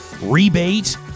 rebate